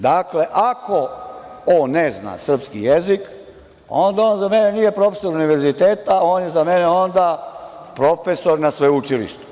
Dakle, ako on ne zna srpski jezik, onda on za mene nije profesor univerziteta, on je za mene profesor na sveučilištu.